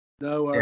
No